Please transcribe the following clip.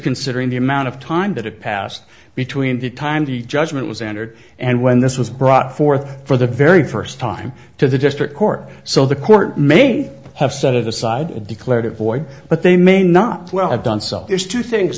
considering the amount of time that it passed between the time the judgment was entered and when this was brought forth for the very first time to the district court so the court may have set aside a declared a void but they may not have done so there's two things